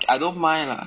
I don't mind lah